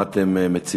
מה אתם מציעים?